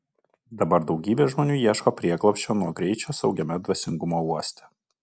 dabar daugybė žmonių ieško prieglobsčio nuo greičio saugiame dvasingumo uoste